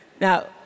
Now